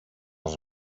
els